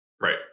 Right